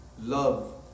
love